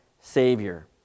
Savior